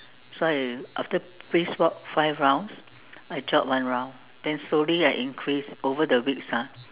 so I after brisk walk five rounds I jog one round then slowly I increase over the weeks ah